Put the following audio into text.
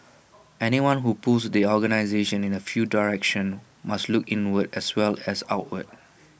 anyone who pulls the organisation in new direction must look inward as well as outward